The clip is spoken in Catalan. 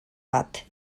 bat